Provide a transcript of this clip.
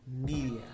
Media